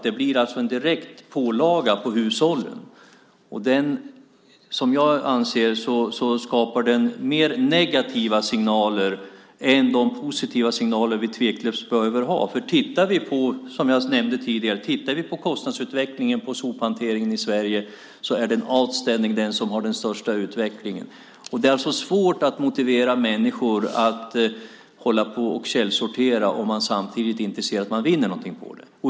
Det blir en direkt pålaga på hushållen. Jag anser att den skapar mer av negativa signaler än av de positiva signaler vi tveklöst behöver ha. Sophanteringen i Sverige har, som jag nämnde tidigare, den överlägset största kostnadsutvecklingen. Det är alltså svårt att motivera människor att hålla på och källsortera om de inte samtidigt ser att de vinner någonting på det.